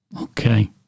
Okay